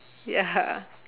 ya